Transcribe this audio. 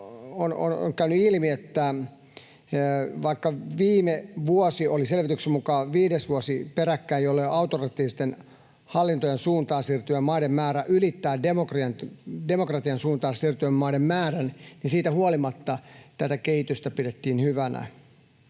on käynyt ilmi, että vaikka viime vuosi oli selvityksen mukaan viides vuosi peräkkäin, jolloin autoritääristen hallintojen suuntaan siirtyvien maiden määrä ylittää demokratian suuntaan siirtyvien maiden määrän, niin siitä huolimatta kehitystä pidettiin hyvänä.